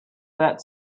that